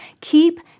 keep